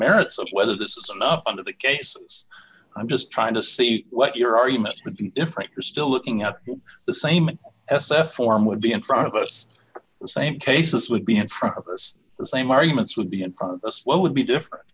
merits of whether this is some of the cases i'm just trying to see what your argument would be different you're still looking at the same s f form would be in front of us the same cases would be in front of us the same arguments would be in front of us what would be different